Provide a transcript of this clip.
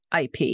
ip